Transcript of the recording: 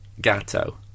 gatto